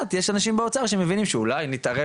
אנשים באוצר שמבינים שאולי אם נתערב